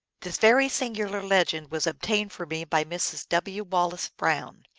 this very singular legend was obtained for me by mrs. w. wallace brown.